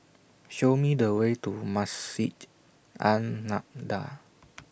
Show Me The Way to Masjid An Nahdhah